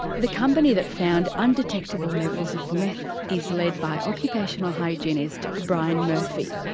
the company that found undetectable levels of meth is led by occupational hygienist brian murphy.